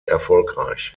erfolgreich